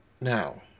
Now